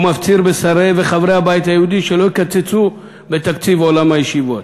מפציר בשרי וחברי הבית היהודי שלא יקצצו בתקציבי עולם הישיבות.